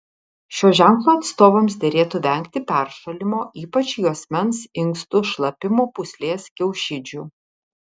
šio ženklo atstovams derėtų vengti peršalimo ypač juosmens inkstų šlapimo pūslės kiaušidžių